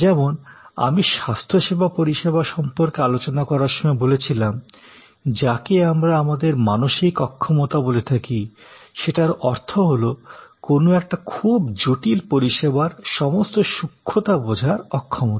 যেমন আমি স্বাস্থ্যসেবা পরিষেবা সম্পর্কে আলোচনা করার সময় বলেছিলাম যাকে আমরা আমাদের মানসিক অক্ষমতা বলে থাকি সেটার অর্থ হলো কোনো একটা খুব জটিল পরিষেবার সমস্ত সূক্ষ্মতা বোঝার অক্ষমতা